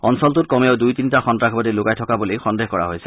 অঞ্চলটোত কমেও দুই তিনিটা সন্তাসবাদী লুকাই থকা বুলি সন্দেহ কৰা হৈছে